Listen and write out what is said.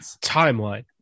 Timeline